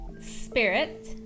Spirit